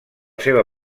seva